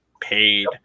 paid